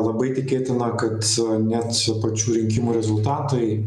labai tikėtina kad net pačių rinkimų rezultatai